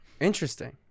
Interesting